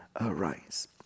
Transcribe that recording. arise